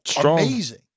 amazing